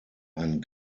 ein